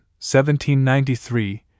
1793